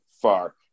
far